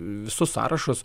visus sąrašus